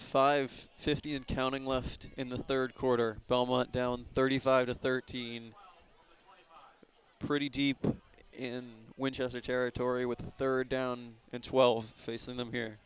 five fifty and counting left in the third quarter belmont down thirty five to thirteen pretty deep in winchester territory with third down and twelve facing them here